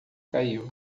caiu